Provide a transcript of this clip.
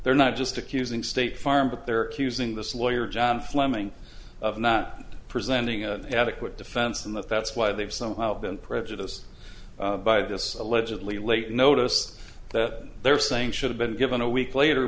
they're not just accusing state farm but there are accusing this lawyer john fleming of not presenting an adequate defense and that's why they've somehow been prejudiced by this allegedly late notice that they're saying should have been given a week later